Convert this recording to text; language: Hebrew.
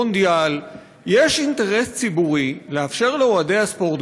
מונדיאל יש אינטרס ציבורי לאפשר לאוהדי הספורט,